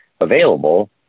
available